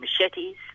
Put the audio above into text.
machetes